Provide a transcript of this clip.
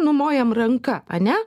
numojam ranka ane